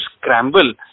scramble